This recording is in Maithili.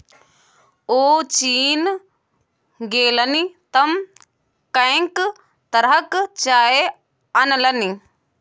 ओ चीन गेलनि तँ कैंक तरहक चाय अनलनि